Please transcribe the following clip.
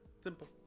simple